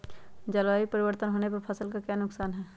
जलवायु परिवर्तन होने पर फसल का क्या नुकसान है?